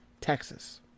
Texas